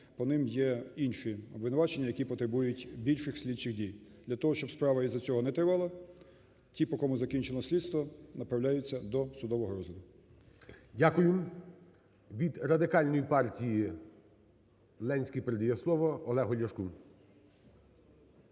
по ним є інші обвинувачення, які потребують більших слідчих дій для того, щоб справа із-за цього не тривала, ті, по кому закінчено слідство, направляється до судового розгляду. ГОЛОВУЮЧИЙ. Дякую. Від Радикальної партії Ленський передає слово Олегу Ляшку.